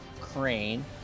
Crane